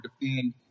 defend